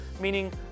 meaning